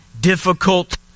difficult